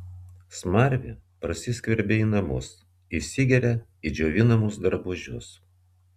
smarvė prasiskverbia į namus įsigeria į džiovinamus drabužius